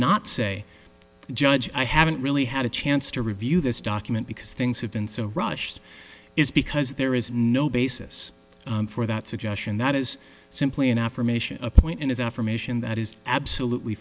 not say judge i haven't really had a chance to review this document because things have been so rushed is because there is no basis for that suggestion that is simply an affirmation a point in his affirmation that is absolutely